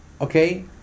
Okay